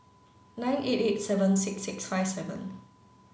nine eight eight seven six six five seven